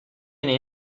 even